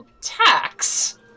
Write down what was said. tax